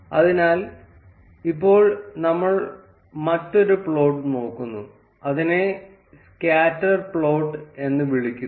അതിനാൽ ഇപ്പോൾ നമ്മൾ മറ്റൊരു പ്ലോട്ട് നോക്കുന്നു അതിനെ സ്കാറ്റർ പ്ലോട്ട് എന്ന് വിളിക്കുന്നു